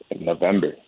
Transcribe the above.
November